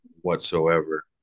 whatsoever